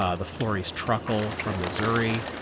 ah the flory's truckle from missouri,